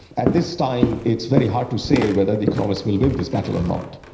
at this time it's very hard to say whether the economists will win this battle or not.